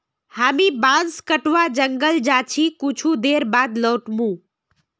हामी बांस कटवा जंगल जा छि कुछू देर बाद लौट मु